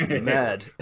Mad